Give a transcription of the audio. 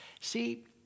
See